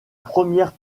première